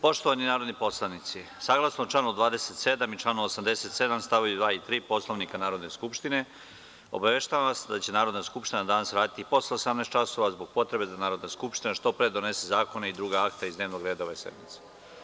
Poštovani narodni poslanici saglasno članu 27. i članu 87. stavovi 2. i 3. Poslovnika Narodne skupštine, obaveštavam vas da će Narodna skupština danas raditi i posle 18,00 časova zbog potrebe da Narodna skupština što pre donese zakone i druga akta iz dnevnog reda ove sednice.